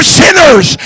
sinners